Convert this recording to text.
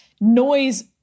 noise